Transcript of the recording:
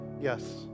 Yes